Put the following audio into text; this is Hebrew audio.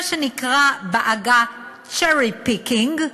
מה שנקרא בעגה cherry picking,